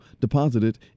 deposited